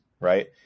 right